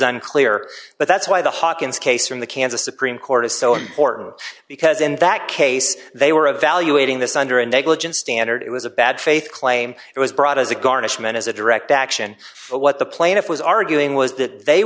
unclear but that's why the hopkins case from the kansas supreme court is so important because in that case they were evaluating this under a negligence standard it was a bad faith claim it was brought as a garnishment as a direct action what the plaintiff was arguing was that they